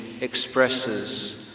expresses